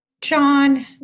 John